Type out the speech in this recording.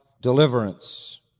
deliverance